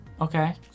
okay